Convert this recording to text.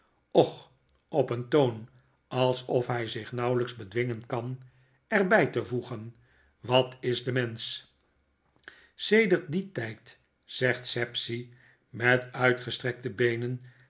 och op een toon alsof hy zich nauwelyks bedwingen kan er by te voegen wat is de mensch sedert dien tijd zegt sapsea met uitgestrekte beenen